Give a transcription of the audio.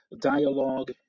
dialogue